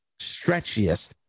stretchiest